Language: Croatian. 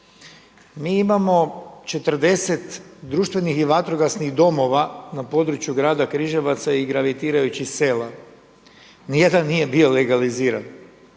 Mi imamo 40 društvenih i vatrogasnih domova na području Grada Križevaca i gravitirajućih sela. Ni jedan nije bio legaliziran.